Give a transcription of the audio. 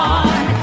on